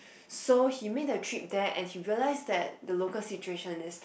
so he made a trip there and he realize that the local situation is